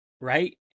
right